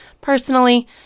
Personally